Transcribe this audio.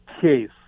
case